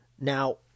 Now